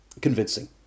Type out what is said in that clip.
convincing